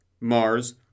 Mars